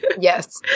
yes